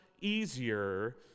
easier